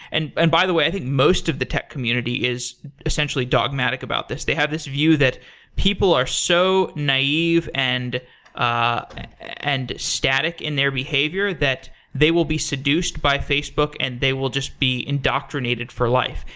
and and by the way, i think most of the tech community is essentially dogmatic about this. they have this view that people are so naive and ah and static in their behavior that they will be seduced by facebook and they will just be indoctrinated for life.